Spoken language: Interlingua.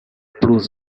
plus